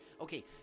okay